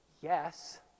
Yes